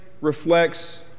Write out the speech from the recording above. reflects